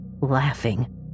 laughing